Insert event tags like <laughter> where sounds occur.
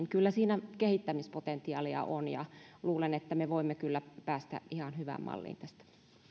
<unintelligible> kyllä siinä kehittämispotentiaalia on ja luulen että me voimme kyllä päästä ihan hyvään malliin tästä